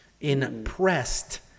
impressed